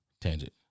tangent